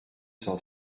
cent